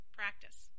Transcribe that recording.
practice